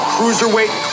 Cruiserweight